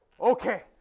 Okay